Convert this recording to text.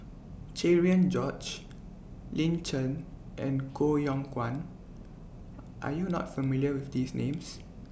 Cherian George Lin Chen and Koh Yong Guan Are YOU not familiar with These Names